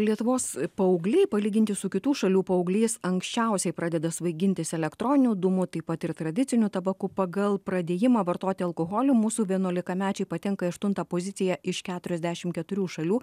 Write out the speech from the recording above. lietuvos paaugliai palyginti su kitų šalių paauglys anksčiausiai pradeda svaigintis elektroniniu dūmu taip pat ir tradiciniu tabaku pagal pradėjimą vartoti alkoholį mūsų vienuolikamečiai patenka į aštuntą poziciją iš keturiasdešim keturių šalių